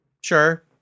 sure